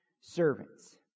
servants